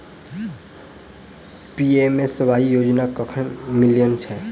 PMKMY योजना कखन मिलय छै?